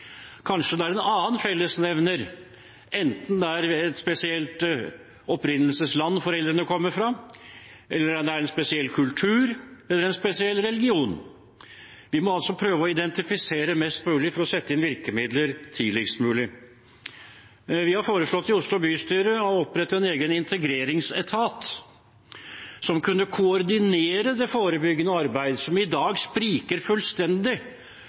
Kanskje det er en annen fellesnevner, enten det er et spesielt opprinnelsesland foreldrene kommer fra, eller det er en spesiell kultur, eller det er en spesiell religion. Vi må altså prøve å identifisere mest mulig for å sette inn virkemidler tidligst mulig. Vi har i Oslo bystyre foreslått å opprette en egen integreringsetat som kan koordinere det forebyggende arbeidet, som i dag spriker fullstendig.